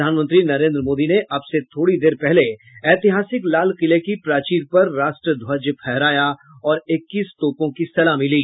प्रधानमंत्री नरेन्द्र मोदी ने अब से थोड़ी देर पहले ऐतिहासिक लाल किले की प्राचीर पर राष्ट्र ध्वज फहराया और इक्कीस तोपों की सलामी ली